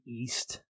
east